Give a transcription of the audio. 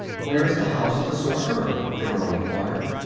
where is the house of the sorcerer? the girl enquired.